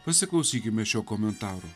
pasiklausykime šio komentaro